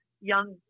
young